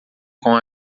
com